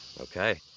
Okay